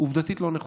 עובדתית זה לא נכון.